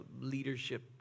leadership